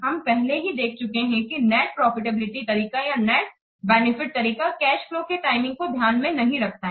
हम पहले ही देख चुके हैं की नेट प्रॉफिटेबिलिटी तरीका या नेट बेनिफिट तरीका कैश फ्लो के टाइमिंग को ध्यान में नहीं रखता है